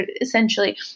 essentially